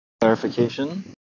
Clarification